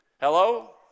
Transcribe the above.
Hello